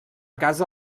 casa